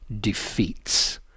defeats